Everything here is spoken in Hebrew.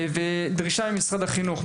דרישה נוספת למשרד החינוך,